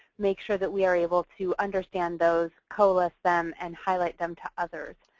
make sure that we are able to understand those, coalesce them, and highlight them to others.